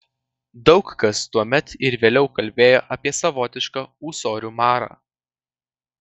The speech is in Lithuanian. daug kas tuomet ir vėliau kalbėjo apie savotišką ūsorių marą